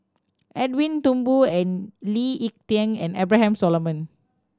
Edwin Thumboo and Lee Ek Tieng and Abraham Solomon